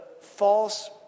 false